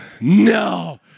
No